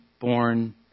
born